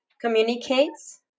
communicates